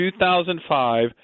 2005